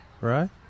right